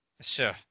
Sure